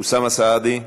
אוסאמה סעדי.